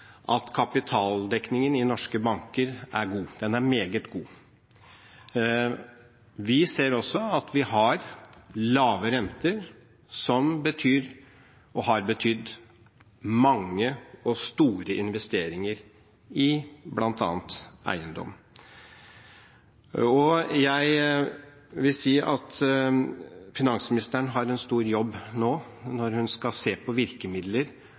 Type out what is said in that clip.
at kapitaldekningen i norske banker er god – den er meget god. Vi ser også at vi har lave renter, som betyr – og har betydd – mange og store investeringer i bl.a. eiendom. Jeg vil si at finansministeren har en stor jobb nå når hun skal se på virkemidler